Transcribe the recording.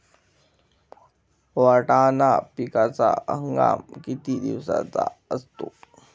वाटाणा पिकाचा हंगाम किती दिवसांचा असतो?